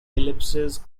ellipses